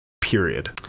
period